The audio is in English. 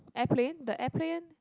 airplane the airplane